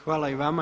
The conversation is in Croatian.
Hvala i vama.